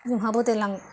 जोंहाबो देनां